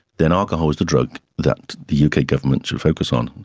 then alcohol was the drug that the uk ah government should focus on.